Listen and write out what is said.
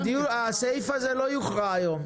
הסעיף הזה לא יוכרע היום.